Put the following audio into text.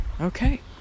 Okay